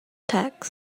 text